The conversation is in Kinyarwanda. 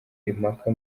impaka